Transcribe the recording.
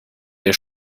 der